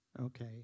Okay